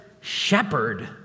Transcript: shepherd